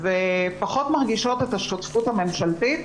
פחות מרגישות את השותפות הממשלתית